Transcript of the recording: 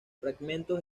fragmentos